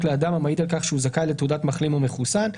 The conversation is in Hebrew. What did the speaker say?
לאם9 המעיד על כךש הוא זכאי לתעודת מחלים או מחוסן.